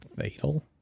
Fatal